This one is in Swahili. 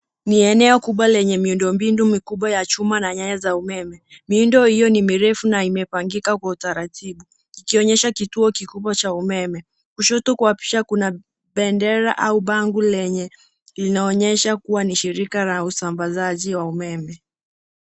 Ni eneo kubwa lenye miundo mbinu mikubwa ya chuma na nyaya za umeme . Miundo hiyo ni mirefu na imepangika kwa utaratibu ikionyesha kituo kikubwa cha umeme . Kushoto kuapisha kuna bendera au bango lenye linaonyesha kuwa ni shirika la usambazaji wa umeme.